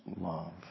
love